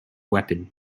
weapon